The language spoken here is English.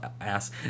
Ass